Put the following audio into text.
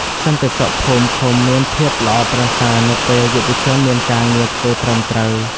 សន្តិសុខភូមិឃុំមានភាពល្អប្រសើរនៅពេលយុវជនមានការងារធ្វើត្រឹមត្រូវ។